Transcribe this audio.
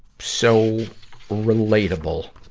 so relatable.